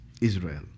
Israel